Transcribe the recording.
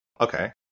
Okay